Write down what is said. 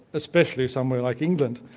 especially somewhere like england,